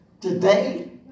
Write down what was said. today